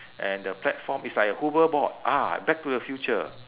and the platform is like a hoverboard ah back to the future